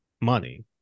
money